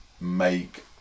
make